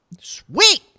Sweet